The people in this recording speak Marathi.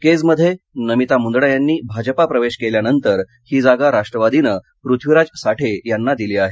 केजमध्ये नमिता मुंदडा यांनी भाजपा प्रवेश केल्यानंतर ही जागा राष्ट्रवादीनं पृथ्वीराज साठे यांना दिली आहे